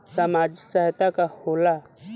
सामाजिक सहायता का होला?